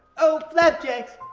oh flapjacks!